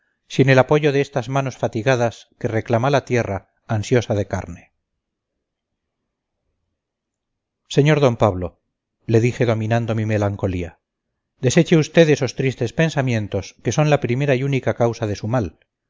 sin el apoyo de estas manos fatigadas que reclama la tierra ansiosa de carne sr d pablo le dije dominando mi melancolía deseche usted esos tristes pensamientos que son la primera y única causa de su mal